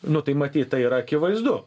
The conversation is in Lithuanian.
nu tai matyt tai yra akivaizdu